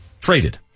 Traded